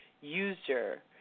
user